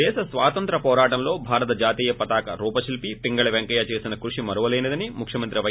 దేశ స్వాతంత్ర్వ పోరాటంలో భారత జాతీయ పతాక రూపశిల్పి పింగళి పెంకయ్య చేసిన కృషి మరువలేనిదని ముఖ్యమంత్రి పై